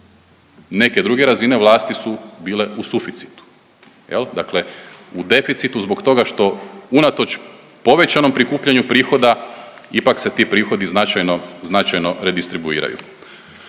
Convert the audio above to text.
Neke druge razine vlasti su bile u suficitu. Dakle u deficitu zbog toga što unatoč povećanom prikupljanju prihoda ipak se ti prihodi značajno, značajno redistribuiraju.